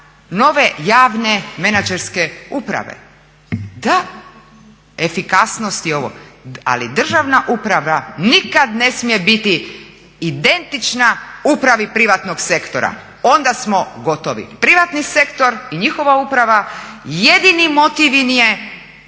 nove javne menadžerske uprave. Da, efikasnost i ovo, ali državna uprava nikad ne smije biti identična upravi privatnog sektora, onda smo gotovi. Privatni sektor i njihova uprava jedini motiv im je